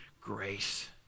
grace